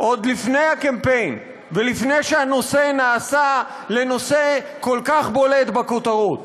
עוד לפני הקמפיין ולפני שהנושא נעשה לנושא כל כך בולט בכותרות.